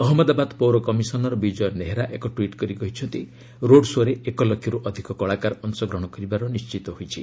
ଅହଜ୍ଞଦାବାଦ ପୌର କମିଶନର ବିଜୟ ନେହେରା ଏକ ଟ୍ୱିଟ୍ କରି କହିଛନ୍ତି ରୋଡ୍ ଶୋ'ରେ ଏକ ଲକ୍ଷରୁ ଅଧିକ କଳାକାର ଅଂଶଗ୍ରହଣ କରିବାର ନିର୍ଣ୍ଣିତ କରାଯାଇଛି